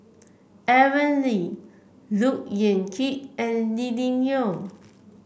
Aaron Lee Look Yan Kit and Lily Neo